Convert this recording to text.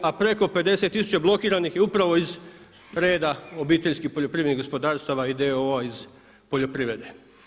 A preko 50 tisuća blokiranih je upravo iz reda obiteljskih poljoprivrednih gospodarstava i d.o.o. iz poljoprivrede.